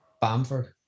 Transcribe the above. Bamford